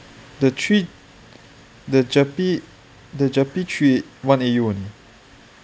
the three the GERPE the GERPE three one A_U only